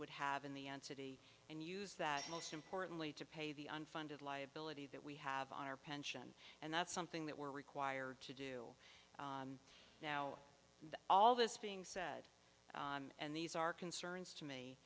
would have in the entity and use that most importantly to pay the unfunded liability that we have on our pension and that's something that we're required to do now that all this being said and these are concerns to me